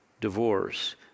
divorce